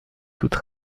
toute